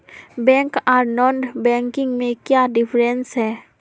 Bank आर non banking में क्याँ डिफरेंस है?